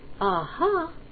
Aha